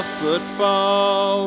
football